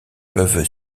peuvent